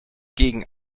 gegen